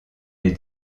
les